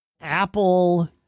Apple